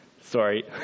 Sorry